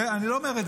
ואני לא אומר,